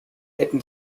hätten